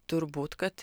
turbūt kad